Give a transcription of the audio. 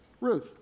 Ruth